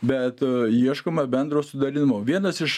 bet ieškoma bendro sutarimo vienas iš